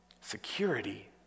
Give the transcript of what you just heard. Security